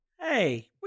Hey